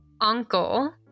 uncle